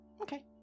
Okay